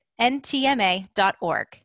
ntma.org